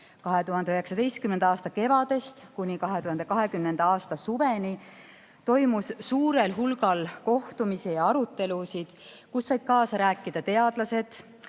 2019. aasta kevadest kuni 2020. aasta suveni toimus suurel hulgal kohtumisi ja arutelusid, kus said kaasa rääkida teadlased,